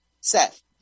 Seth